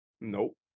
Nope